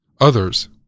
Others